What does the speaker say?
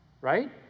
Right